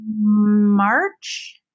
March